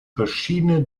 verschiedene